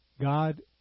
God